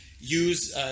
use –